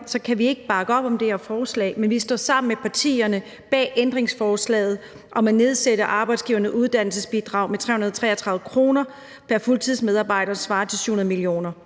kan vi ikke bakke op om det her forslag, men vi står sammen med partierne bag ændringsforslaget om at nedsætte arbejdsgivernes bidrag til Arbejdsgivernes Uddannelsesbidrag med 333 kr. pr. fuldtidsmedarbejder, svarende til 700 mio.